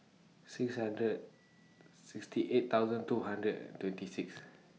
six hundred sixty eight thousand two hundred and twenty six